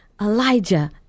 Elijah